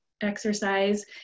exercise